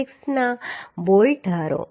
6 ના બોલ્ટ ધારો